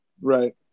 Right